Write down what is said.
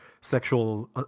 sexual